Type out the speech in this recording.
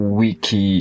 wiki